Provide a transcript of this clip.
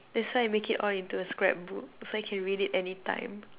that's why make it all into a scrapbook so I can read it anytime